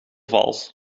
vals